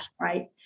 right